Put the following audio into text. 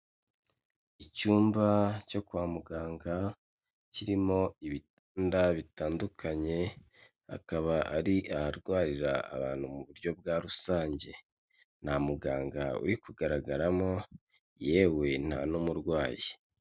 Icyumba cyo kwa muganga harimo ibitanda bitandukanye, akaba ari aharwarira abantu mu buryo bwa rusange, nta muganga uri kugaragaramo, yewe nta n'umurwayi.